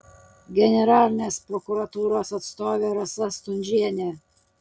generalinės prokuratūros atstovė rasa stundžienė